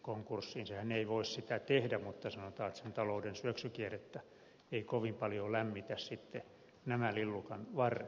sehän ei voi sitä tehdä mutta sanotaan että sen talouden syöksykierrettä ei kovin paljon lämmitä sitten nämä lillukanvarret